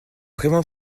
vraiment